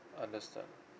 understand